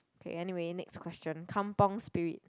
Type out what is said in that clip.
okay anyway next question kampung spirit